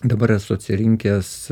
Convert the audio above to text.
dabar esu atsirinkęs